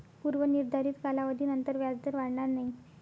पूर्व निर्धारित कालावधीनंतर व्याजदर वाढणार नाही